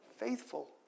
Faithful